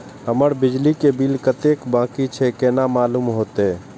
हमर बिजली के बिल कतेक बाकी छे केना मालूम होते?